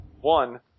one